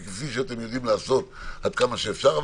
כי כפי שאתם יודעים לעשות עד כמה שאפשר,